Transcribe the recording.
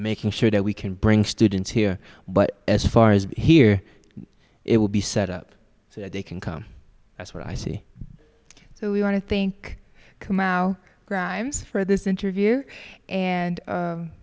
making sure that we can bring students here but as far as here it will be set up so they can come that's what i see so we want to think kamau grimes for this interview and